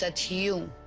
ah to you,